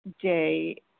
day